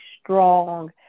strong